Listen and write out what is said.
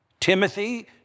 Timothy